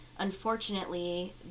unfortunately